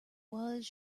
was